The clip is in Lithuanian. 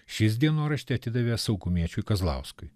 šis dienoraštį atidavė saugumiečiui kazlauskui